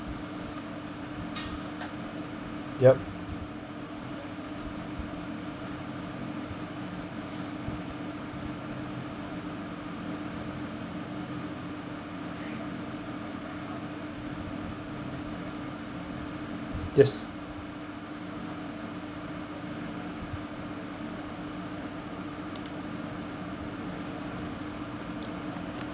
yup yes